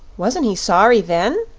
wasn't he sorry then?